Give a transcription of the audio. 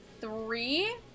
three